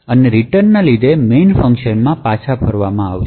અને રિટર્ન ને લીધે main ફંકશન માં પાછા ફરશે